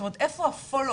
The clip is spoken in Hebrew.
זאת אומרת איפה המעקב,